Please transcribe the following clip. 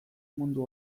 mundu